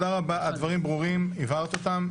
הדברים ברורים, הבהרת אותם.